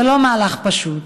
זה לא מהלך פשוט,